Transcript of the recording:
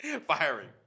firing